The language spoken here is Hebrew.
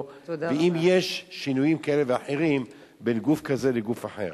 ואם יש שינויים כאלה ואחרים בין גוף כזה לגוף אחר.